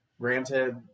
Granted